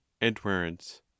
edwards